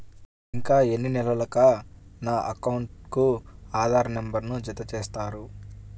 ఇంకా ఎన్ని నెలలక నా అకౌంట్కు ఆధార్ నంబర్ను జత చేస్తారు?